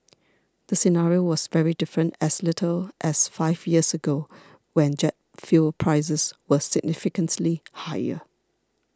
the scenario was very different as little as five years ago when jet fuel prices were significantly higher